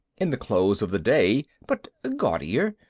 in the clothes of the day, but gaudier,